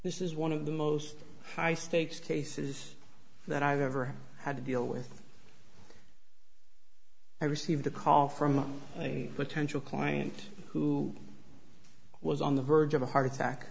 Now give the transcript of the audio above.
this is one of the most high stakes cases that i've ever had to deal with i received a call from a potential client who was on the verge of a heart attack